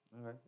Okay